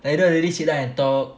like that we really sit down and talk